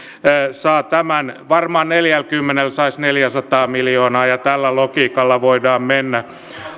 saa tämän varmaan neljälläkymmenellä saisi neljäsataa miljoonaa ja tällä logiikalla voidaan mennä